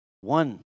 One